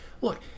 look